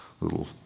Little